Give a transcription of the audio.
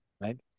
right